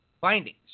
findings